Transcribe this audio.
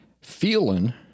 feeling